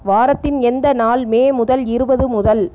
வாரத்தின் எந்த நாள் மே முதல் இருபது முதல்